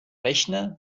rechne